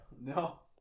No